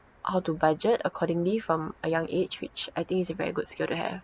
how to budget accordingly from a young age which I think is a very good skill to have